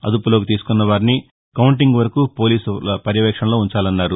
అదుపులోకి తీసుకున్నవారిని కౌంటింగ్ వరకు పోలీసు పర్యవేక్షణలో ఉంచాలన్నారు